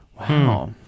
Wow